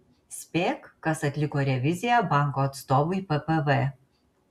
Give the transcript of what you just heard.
spėk kas atliko reviziją banko atstovui ppv